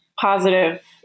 positive